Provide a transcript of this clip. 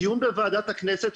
דיון בוועדת הכנסת,